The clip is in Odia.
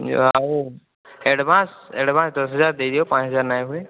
ଆଉ ଆଡ଼ଭାନ୍ସ ଆଡ଼ଭାନ୍ସ ଦଶ ହଜାର ଦେଇଦିଅ ପାଞ୍ଚ ହଜାର ନାହିଁ ହୁଏ